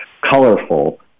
colorful